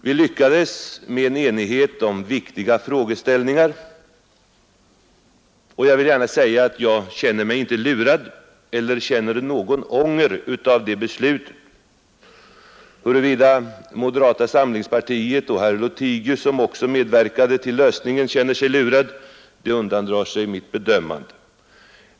Vi lyckades nå enighet om viktiga frågeställningar, och jag vill gärna säga att jag inte känner mig lurad och att jag heller inte känner någon ånger över beslutet. Huruvida moderata samlingspartiet och herr Lothigius, som också medverkade till lösningen, känner sig lurade undandrar sig mitt bedömande.